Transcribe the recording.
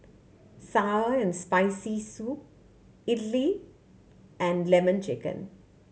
sour and Spicy Soup idly and Lemon Chicken